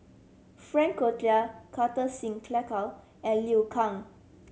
Frank Cloutier Kartar Singh Thakral and Liu Kang